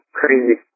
crazy